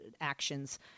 actions